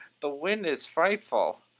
the wind is frightful.